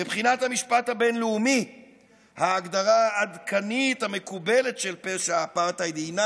מבחינת המשפט הבין-לאומי ההגדרה העדכנית המקובלת של פשע האפרטהייד היא,